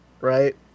right